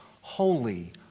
holy